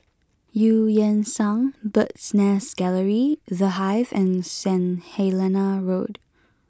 Eu Yan Sang Bird's Nest Gallery The Hive and Saint Helena Road